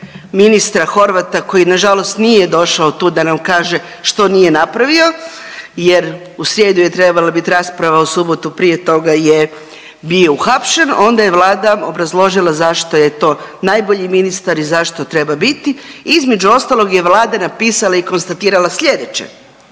ministra Horvata koji nažalost nije došao tu da nam kaže što nije napravio jer u srijedu je trebala bit rasprava, u subotu prije toga je bio uhapšen onda je Vlada obrazložila zašto je to najbolji ministar i zašto treba biti. Između ostalog je Vlada napisala i konstatirala sljedeće,